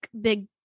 Big